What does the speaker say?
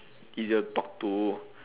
easier to talk to